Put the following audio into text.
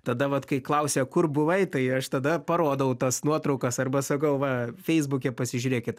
tada vat kai klausia kur buvai tai aš tada parodau tas nuotraukas arba sakau va feisbuke pasižiūrėkit